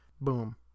Boom